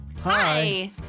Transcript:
Hi